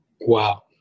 Wow